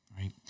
Right